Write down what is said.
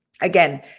Again